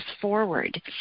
forward